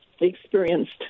experienced